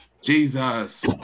Jesus